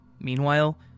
Meanwhile